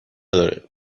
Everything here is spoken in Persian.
داره